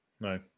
No